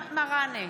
אבתיסאם מראענה,